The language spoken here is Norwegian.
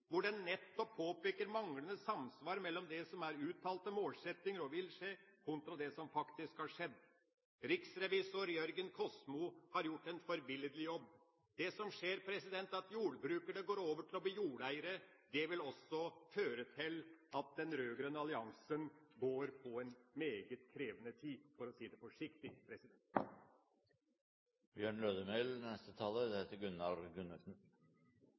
hvor det nettopp påpekes manglende samsvar mellom det som er uttalte målsettinger, og det en vil skal skje, kontra det som faktisk har skjedd. Riksrevisor Jørgen Kosmo har gjort en forbilledlig jobb. Det som skjer, er at jordbrukerne går over til å bli jordeiere. Det vil også føre til at den rød-grønne alliansen går mot en meget krevende tid, for å si det forsiktig.